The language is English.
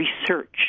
research